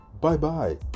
bye-bye